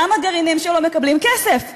גם הגרעינים שלו מקבלים כסף מהמינהלת.